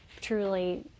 truly